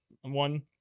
one